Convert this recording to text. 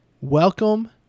welcome